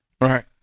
Right